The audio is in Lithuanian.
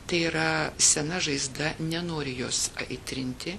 tai yra sena žaizda nenoriu jos aitrinti